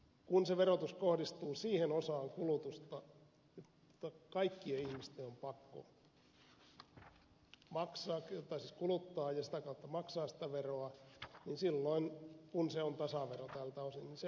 kun se verotus kohdistuu siihen osaan kulutusta jossa kaikkien ihmisten on pakko kuluttaa ja sitä kautta maksaa sitä veroa niin silloin kun se on tasavero tältä osin se on epäoikeudenmukaista